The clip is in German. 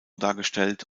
dargestellt